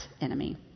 enemy